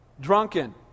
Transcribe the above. Drunken